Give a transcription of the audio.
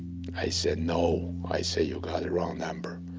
i said, no. i say, you got the wrong number.